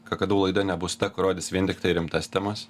kakadu laida nebus ta kur rodys vien tiktai rimtas temas